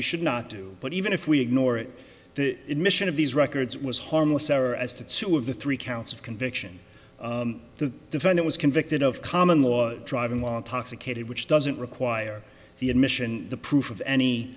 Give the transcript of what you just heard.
we should not do but even if we ignore it the admission of these records was harmless error as to two of the three counts of conviction to defend it was convicted of common law driving while intoxicated which doesn't require the admission the proof of any